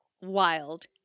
wild